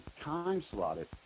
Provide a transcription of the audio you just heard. time-slotted